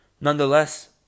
Nonetheless